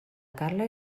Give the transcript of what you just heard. carla